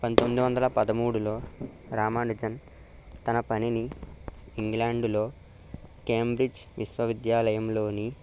పంతొమ్మిది వందల పదమూడులో రామానుజన్ తన పనిని ఇంగ్లాండులో క్యామ్బ్రిడ్జ్ విశ్వవిద్యాలయంలోని